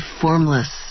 formless